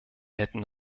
hätten